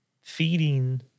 feeding